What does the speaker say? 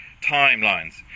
timelines